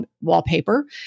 wallpaper